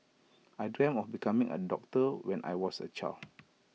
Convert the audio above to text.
I dreamt of becoming A doctor when I was A child